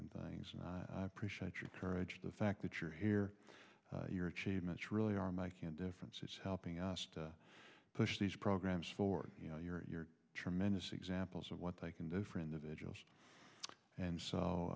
and things and appreciate your courage the fact that you're here your achievements really are my can difference it's helping us to push these programs for you know your tremendous examples of what they can do for individuals and so